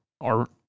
art